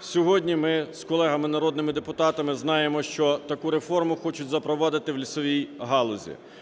Сьогодні ми з колегами народними депутатами знаємо, що таку реформу хочуть запровадити в лісовій галузі.